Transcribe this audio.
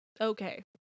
Okay